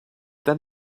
then